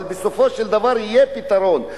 אבל בסופו של דבר יהיה פתרון,